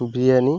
biryani